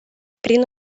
prin